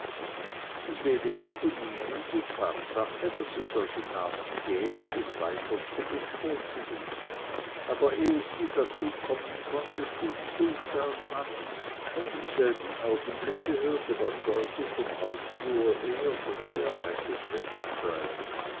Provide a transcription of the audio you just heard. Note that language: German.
und lene machte miene die tatsache daß es solchen namen gäbe des weiteren zu bestätigen aber ehe sie dazu kommen konnte schlug sultan an und im selben augenblicke hörte man deutlich vom hausflur her daß wer eingetreten sei